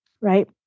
right